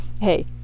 Hey